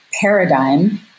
paradigm